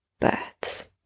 births